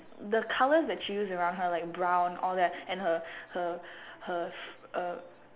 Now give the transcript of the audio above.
the colours that she use around her like brown and all that and her her her uh